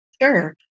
Sure